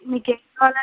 మీకేంకావాలండి